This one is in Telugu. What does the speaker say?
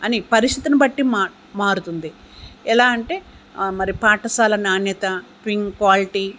అని పరిస్థితులను బట్టి మ మారుతుంది ఎలా అంటే మరి పాఠశాల నాణ్యత క్వాలిటీ